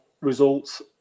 results